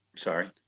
Sorry